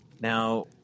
now